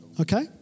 okay